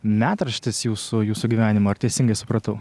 metraštis jūsų jūsų gyvenimo ar teisingai supratau